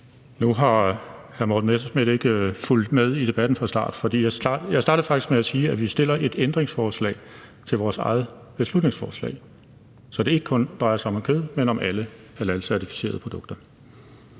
Nu har hr. Morten Messerschmidt ikke fulgt med i debatten fra starten, for jeg startede faktisk med at sige, at vi stiller et ændringsforslag til vores eget beslutningsforslag, så det ikke kun drejer sig om kød, men om alle halalhalalcertificerede produkter.